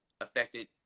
affected